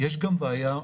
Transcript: יש כמה דברים.